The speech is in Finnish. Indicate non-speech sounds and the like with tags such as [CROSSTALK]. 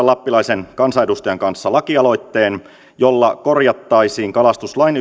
[UNINTELLIGIBLE] lappilaisen kansanedustajan kanssa lakialoitteen jolla korjattaisiin kalastuslain [UNINTELLIGIBLE]